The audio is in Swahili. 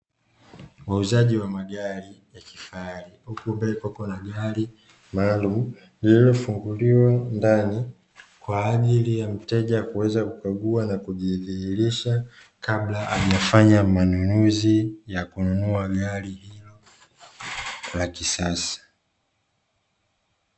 Wauzaji wa magari ya kifahari, huku mbele kukiwa na gari maalumu lililofunguliwa ndani, kwa ajili ya mteja kuweza kukagua na kujiridhisha kabla hajafanya manunuzi ya kununua gari hilo la kisasa.